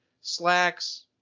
slacks